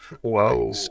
Whoa